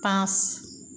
পাঁচ